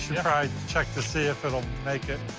check to see if it'll make it.